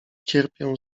cierpię